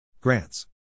Grants